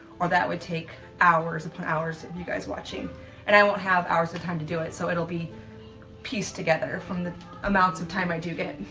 or that would take hours upon hours of and you guys watching and i won't have hours of time to do it so it'll be pieced together from the amounts of time i do get.